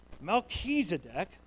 Melchizedek